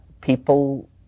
people